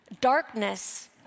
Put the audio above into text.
darkness